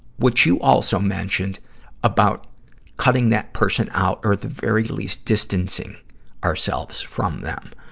what you also mentioned about cutting that person out or at the very least distancing ourselves from them.